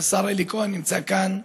השר אלי כהן נמצא כאן,